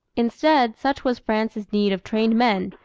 instead, such was france's need of trained men,